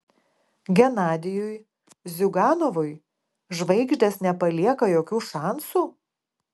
genadijui ziuganovui žvaigždės nepalieka jokių šansų